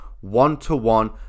one-to-one